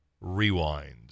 Rewind